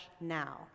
now